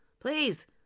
Please